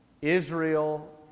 Israel